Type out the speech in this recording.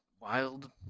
wild